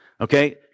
Okay